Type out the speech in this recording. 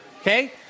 Okay